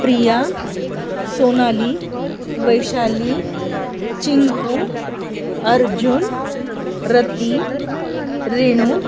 Priya Sonali Vaishali Chinku Arjun Rati Renu